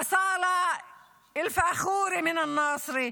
אסאלה אלפאכורי מנצרת,